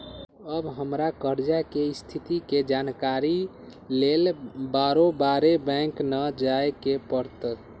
अब हमरा कर्जा के स्थिति के जानकारी लेल बारोबारे बैंक न जाय के परत्